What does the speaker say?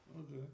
Okay